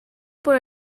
por